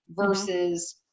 versus